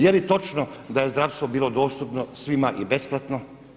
Je li točno da je zdravstvo bilo dostupno svima i besplatno?